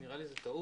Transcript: נראה לי טעות.